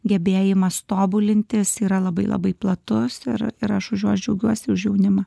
gebėjimas tobulintis yra labai labai platus ir ir aš už juos džiaugiuosi už jaunimą